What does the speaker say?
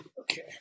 Okay